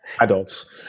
adults